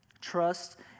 Trust